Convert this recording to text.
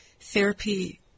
therapy